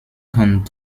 kann